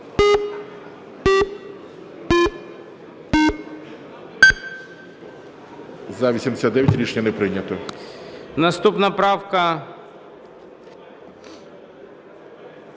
За-117 Рішення не прийнято. Наступна правка